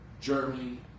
Germany